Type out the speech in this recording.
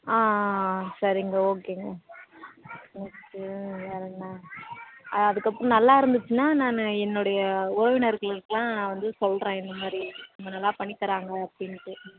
ஆ ஆ ஆ சரிங்க ஓகேங்க ஓகே வேறு என்ன அதுக்கப்புறம் நல்லா இருந்துச்சுன்னா நான் என்னுடைய உறவினர்களுக்கெலாம் நான் வந்து சொல்கிறேன் இந்த மாதிரி இவங்க நல்லா பண்ணி தராங்க அப்படின்ட்டு